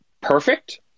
perfect